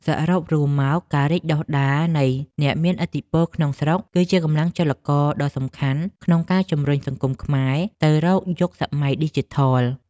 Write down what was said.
សរុបរួមមកការរីកដុះដាលនៃអ្នកមានឥទ្ធិពលក្នុងស្រុកគឺជាកម្លាំងចលករដ៏សំខាន់ក្នុងការជំរុញសង្គមខ្មែរទៅរកយុគសម័យឌីជីថល។